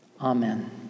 Amen